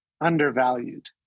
undervalued